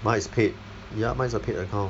mine is paid ya mine is a paid account